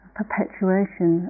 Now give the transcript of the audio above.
perpetuation